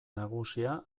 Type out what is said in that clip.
nagusia